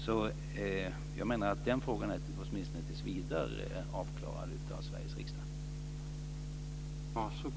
Jag menar därför att denna fråga åtminstone tills vidare är avklarad av Sveriges riksdag.